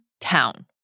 town